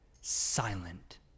Silent